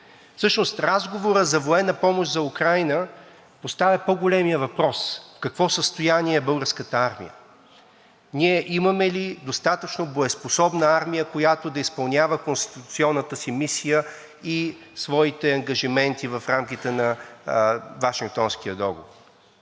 Всъщност разговорът за военна помощ за Украйна поставя по големия въпрос – в какво състояние е Българската армия, ние имаме ли достатъчно боеспособна армия, която да изпълнява конституционната си мисия и своите ангажименти в рамките на Вашингтонския договор?